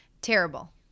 Terrible